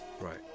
right